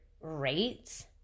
rates